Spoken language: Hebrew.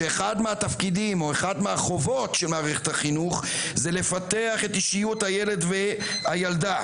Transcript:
ש"אחת מהחובות של מערכת החינוך זה לפתח את אישיות הילד והילדה,